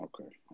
Okay